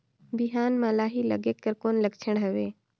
बिहान म लाही लगेक कर कौन लक्षण हवे?